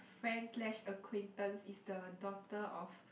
friends slash acquaintance is the daughter of